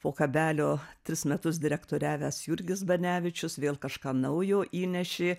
po kabelio tris metus direktoriavęs jurgis banevičius vėl kažką naujo įnešė